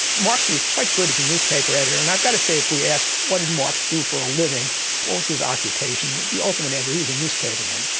marx was quite good as a newspaper editor, and i've got to say, if we ask what did marx do for a living, what was his occupation, the ultimate answer is he was a newspaperman.